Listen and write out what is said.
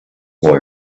boy